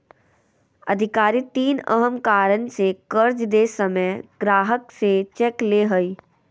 अधिकारी तीन अहम कारण से कर्ज दे समय ग्राहक से चेक ले हइ